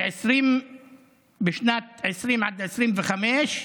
משנת 1920 עד 1925,